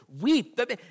weep